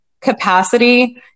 capacity